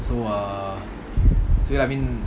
so err so ya I mean